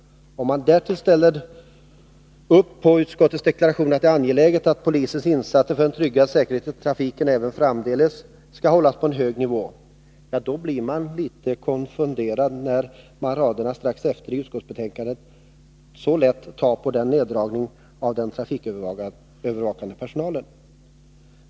Om man därtill ställer sig bakom utskottets deklaration att det är angeläget att polisens insatser för en tryggad säkerhet i trafiken även framdeles hålls på en hög nivå, blir man litet konfunderad när utskottet raderna strax efter i betänkandet tar så lätt på neddragningen av den trafikövervakande personalen.